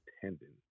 tendon